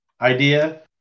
idea